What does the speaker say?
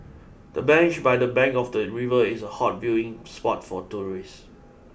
the bench by the bank of the river is a hot viewing spot for tourists